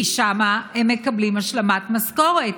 כי שם הם מקבלים השלמת משכורת,